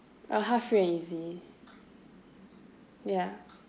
uh halfway easy ya